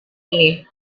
ini